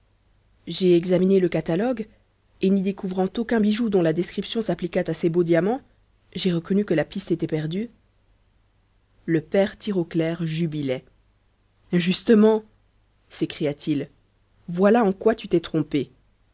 j'ai examiné le catalogue et n'y découvrant aucun bijou dont la description s'appliquât à ces beaux diamants j'ai reconnu que la piste était perdue le père tirauclair jubilait justement s'écria-t-il voilà en quoi tu t'es trompé